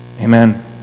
Amen